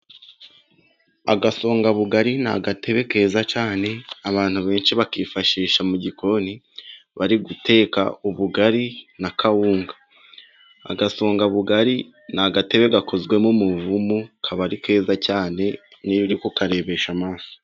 Agasongabugari ni agatebe keza cyane, abantu benshi bakifashisha mu gikoni bari guteka ubugari na kawunga .Agasongabugari ni agatebe gakozwemo mu muvumu kaba ari keza cyane n'iyo uri kukarebesha amaso.